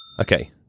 Okay